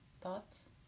Thoughts